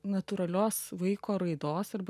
natūralios vaiko raidos arba